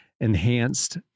enhanced